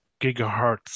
gigahertz